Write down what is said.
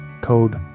code